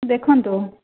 ଦେଖନ୍ତୁ